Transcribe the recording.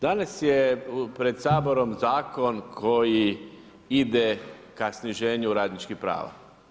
Danas je pred Saborom zakon koji ide ka sniženju radničkih prava.